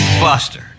Buster